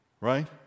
right